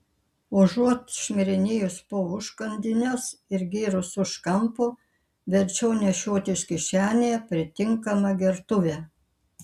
užuot šmirinėjus po užkandines ir gėrus už kampo verčiau nešiotis kišenėje pritinkamą gertuvę